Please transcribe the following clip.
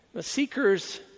Seekers